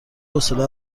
حوصله